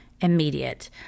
immediate